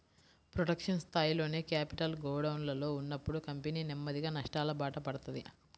production స్థాయిలోనే capital గోడౌన్లలో ఉన్నప్పుడు కంపెనీ నెమ్మదిగా నష్టాలబాట పడతది